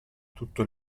tutto